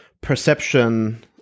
perception